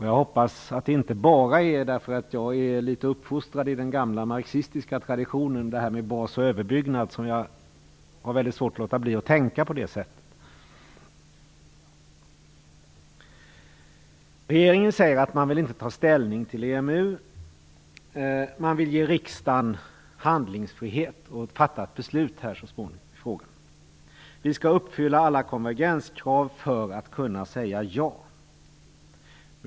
Jag hoppas att det inte bara är för att jag är uppfostrad i den gamla marxistiska traditionen med bas och överbyggnad som jag har svårt att låta bli att tänka på det sättet. Regeringen säger att man inte vill ta ställning till EMU. Man vill ge riksdagen handlingsfrihet att så småningom fatta beslut i frågan. Vi skall uppfylla alla konvergenskrav för att kunna säga ja.